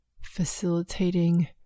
facilitating